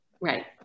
Right